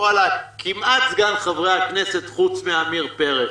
כמעט זקן חברי הכנסת חוץ מעמיר פרץ.